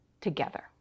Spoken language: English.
together